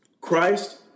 Christ